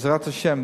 בעזרת השם,